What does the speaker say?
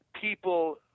people